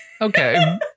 Okay